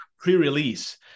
pre-release